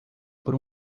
por